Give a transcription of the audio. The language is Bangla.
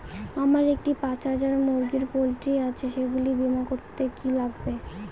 আমার একটি পাঁচ হাজার মুরগির পোলট্রি আছে সেগুলি বীমা করতে কি লাগবে?